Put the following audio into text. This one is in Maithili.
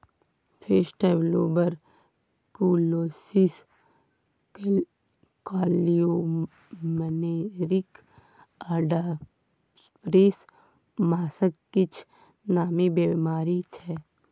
फिश ट्युबरकुलोसिस, काल्युमनेरिज आ ड्रॉपसी माछक किछ नामी बेमारी छै